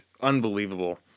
unbelievable